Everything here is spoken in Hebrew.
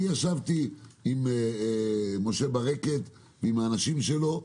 ישבתי עם משה ברקת ועם האנשים שלו,